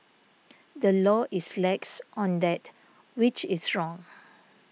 the law is lax on that which is wrong